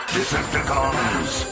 Decepticons